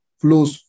flows